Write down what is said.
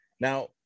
Now